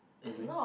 I think